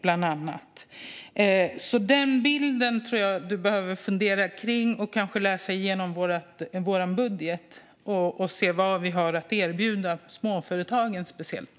Jag tror att du behöver fundera kring den bilden och kanske även läsa i vår budget för att se vad vi har att erbjuda speciellt småföretagen.